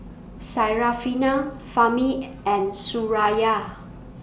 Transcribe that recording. Syarafina Fahmi and Suraya